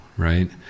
right